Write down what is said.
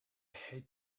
hate